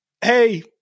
hey